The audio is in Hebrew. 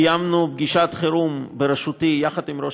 קיימנו פגישת חירום בראשותי עם ראש